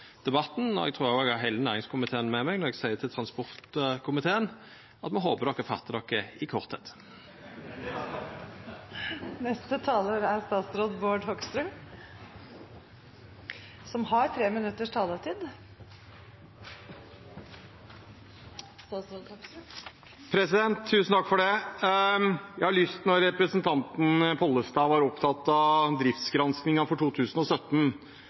debatten. Eg trur eg har heile komiteen med meg når eg seier til transportkomiteen at me håper han er kortfatta. Jeg har lyst til, siden representanten Pollestad var opptatt av driftsgranskingen for 2017